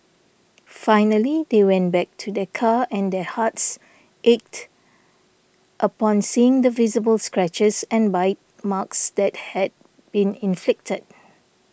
finally they went back to their car and their hearts ached upon seeing the visible scratches and bite marks that had been inflicted